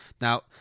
Now